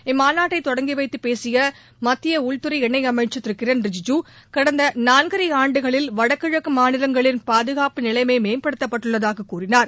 இம்மாநாட்டை தொடங்கி வைத்துப்பேசிய மத்திய உள்துறை இணையமைச்சர் திரு கிரண் ரிஜிஜு கடந்த நாள்கரை ஆண்டுகளில் வடகிழக்கு மாநிலங்களின் பாதுகாப்பு நிலைமை மேம்பட்டுள்ளதாக கூறினார்